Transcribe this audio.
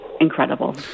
incredible